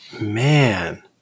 Man